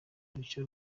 rushya